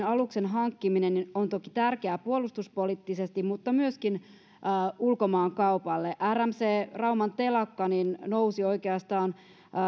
aluksen hankkiminen on toki tärkeää puolustuspoliittisesti mutta myöskin ulkomaankaupalle rmc rauman telakka nousi oikeastaan